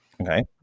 Okay